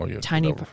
tiny